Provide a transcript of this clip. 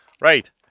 Right